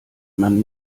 man